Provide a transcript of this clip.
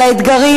על האתגרים,